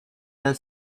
and